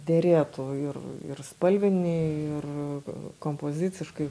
derėtų ir ir spalviniai ir kompoziciškai